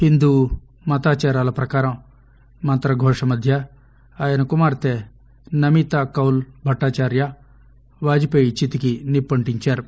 హిందూఆచారాలప్రకారంమంత్రఘోషమధ్యఆయనకుమార్తెనమితాకొల్బట్టాచార్య వాజ్పీయిచితికినిప్పంటించారు